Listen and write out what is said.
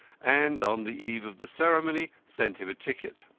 and on the eve of the ceremony sent him a ticket.